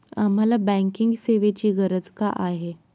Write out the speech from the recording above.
आम्हाला बँकिंग सेवेची गरज का आहे?